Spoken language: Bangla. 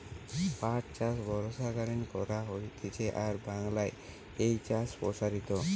পাট চাষ বর্ষাকালীন করা হতিছে আর বাংলায় এই চাষ প্সারিত